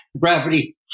gravity